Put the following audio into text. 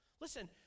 Listen